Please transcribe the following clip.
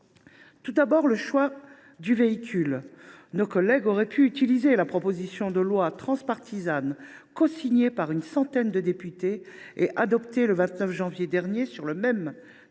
qui concerne le choix du véhicule législatif, nos collègues auraient pu utiliser la proposition de loi transpartisane cosignée par une centaine de députés et adoptée le 29 janvier dernier sur le même sujet.